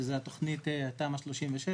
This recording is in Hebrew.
שזאת תוכנית תמ"א 36,